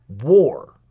war